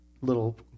little